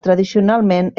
tradicionalment